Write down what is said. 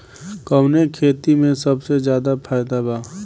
कवने खेती में सबसे ज्यादा फायदा बा?